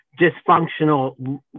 dysfunctional